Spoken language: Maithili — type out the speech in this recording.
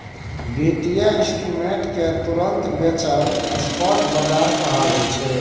बित्तीय इंस्ट्रूमेंट केँ तुरंत बेचब स्पॉट बजार कहाबै छै